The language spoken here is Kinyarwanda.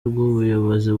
rw’ubuyobozi